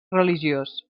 religiós